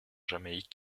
jamaïque